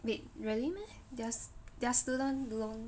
wait really meh thei~ their student loans